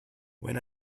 when